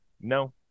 No